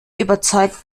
überzeugt